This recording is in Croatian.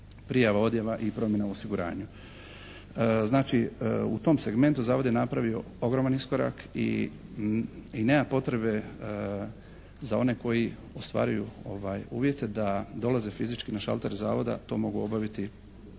u tom segmentu Zavod je napravio ogroman iskorak i nema potrebe za one koji ostvaruju uvjete da dolaze fizički na šalter Zavoda. To mogu obaviti